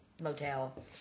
motel